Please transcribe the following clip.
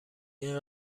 این